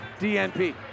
DNP